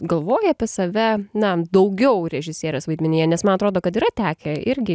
galvoji apie save na daugiau režisierės vaidmenyje nes man atrodo kad yra tekę irgi